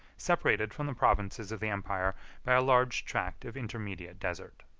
separated from the provinces of the empire by a large tract of intermediate desert.